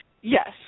Yes